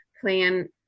plan